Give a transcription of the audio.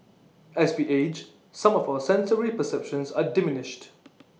as we age some of our sensory perceptions are diminished